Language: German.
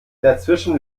dazwischen